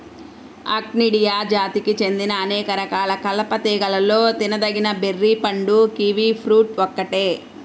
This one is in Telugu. ఆక్టినిడియా జాతికి చెందిన అనేక రకాల కలప తీగలలో తినదగిన బెర్రీ పండు కివి ఫ్రూట్ ఒక్కటే